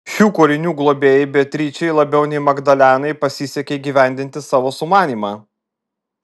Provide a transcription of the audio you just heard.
šių kūrinių globėjai beatričei labiau nei magdalenai pasisekė įgyvendinti savo sumanymą